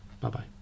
Bye-bye